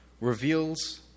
reveals